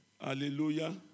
Hallelujah